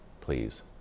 Please